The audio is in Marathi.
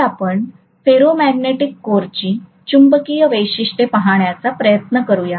तर आपण फेरोमॅग्नेटिक कोरची चुंबकीय वैशिष्ट्ये पाहण्याचा प्रयत्न करूया